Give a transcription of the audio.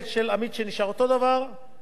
כספי עמיתים שנפטרו,